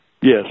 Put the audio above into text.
Yes